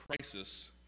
crisis